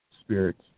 spirits